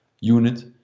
unit